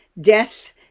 death